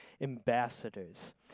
ambassadors